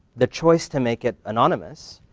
the choice to make it anonymous